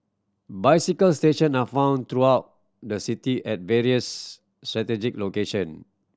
bicycle station are found throughout the city at various strategic location